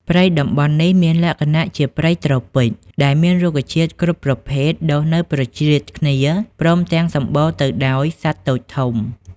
ព្រៃតំបន់នេះ មានលក្ខណៈជាព្រៃត្រូពិច ដែលមានរុក្ខជាតិគ្រប់ប្រភេទដុះនៅប្រជ្រៀតគ្នា ព្រមទាំង សំបូរទៅដោយសត្វតូចធំ ។